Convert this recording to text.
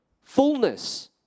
Fullness